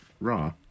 Raw